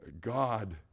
God